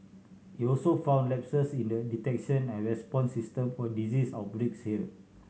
it also found lapses in the detection and response system for disease outbreaks here